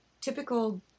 typical